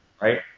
Right